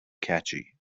catchy